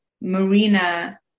Marina